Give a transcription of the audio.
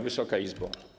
Wysoka Izbo!